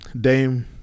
Dame